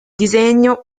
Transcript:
disegno